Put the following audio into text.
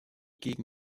gegen